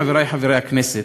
חברי חברי הכנסת,